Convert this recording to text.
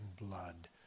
blood